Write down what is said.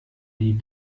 die